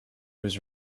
was